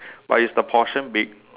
but is the portion big